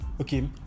okay